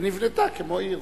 ונבנתה כמו עיר.